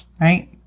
right